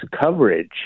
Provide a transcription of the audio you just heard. coverage